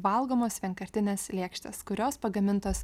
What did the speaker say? valgomos vienkartinės lėkštės kurios pagamintos